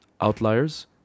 Outliers